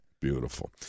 Beautiful